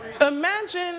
Imagine